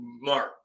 mark